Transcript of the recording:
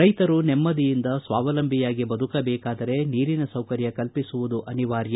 ರೈತರು ನೆಮ್ಗದಿಯಿಂದ ಸ್ವಾವಲಂಬಿಯಾಗಿ ಬದುಕಬೇಕಾದರೆ ನೀರಿನ ಸೌಕರ್ತ ಕಲ್ಪಿಸುವುದು ಅನಿವಾರ್ಯ